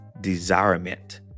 desirement